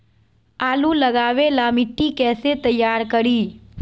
आलु लगावे ला मिट्टी कैसे तैयार करी?